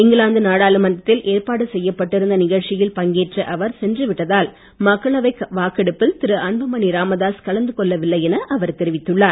இங்கிலாந்து நாடாளுமன்றத்தில் ஏற்பாடு செய்யப்பட்டிருந்த நிகழ்ச்சியில் பங்கேற்க அவர் சென்று விட்டதால் மக்களவை வாக்கெடுப்பில் திரு அன்புமணி ராமதாஸ் கலந்து கொள்ளவில்லை என அவர் தெரிவித்துள்ளார்